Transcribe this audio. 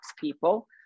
people